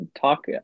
talk